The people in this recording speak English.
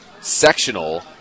sectional